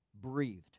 Breathed